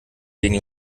gegen